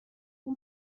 اون